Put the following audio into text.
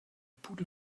pudel